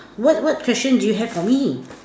what what question do you have for me